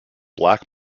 black